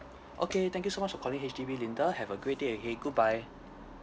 okay thank you so much for calling H_D_B linda have a great day ahead goodbye